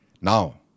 now